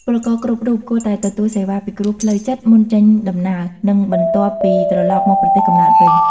ពលករគ្រប់រូបគួរតែទទួលសេវាពិគ្រោះផ្លូវចិត្តមុនចេញដំណើរ និងបន្ទាប់ពីត្រឡប់មកប្រទេសកំណើតវិញ។